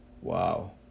Wow